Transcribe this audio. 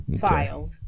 filed